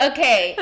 Okay